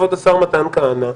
כבוד השר מתן כהנא,